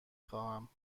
خواهم